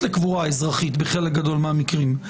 לקבורה אזרחית בחלק גדול מהמקרים.